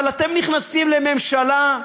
אבל אתם נכנסים לממשלה,